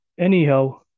Anyhow